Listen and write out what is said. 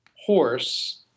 horse